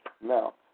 Now